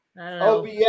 OBS